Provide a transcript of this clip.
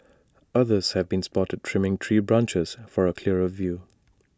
others have been spotted trimming tree branches for A clearer view